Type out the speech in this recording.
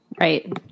Right